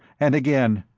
and again,